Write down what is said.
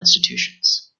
institutions